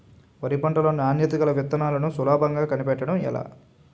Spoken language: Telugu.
వరి పంట లో నాణ్యత గల విత్తనాలను సులభంగా కనిపెట్టడం ఎలా?